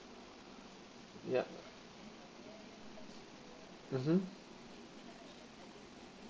yup mmhmm